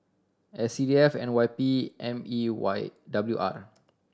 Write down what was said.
S C D F N Y P M E W R